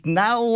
now